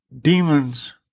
Demons